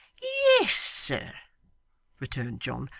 yes, sir returned john,